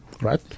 right